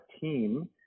team